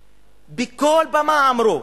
בכל במה אמרו,